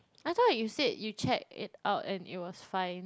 I thought you said you check it out and it was fine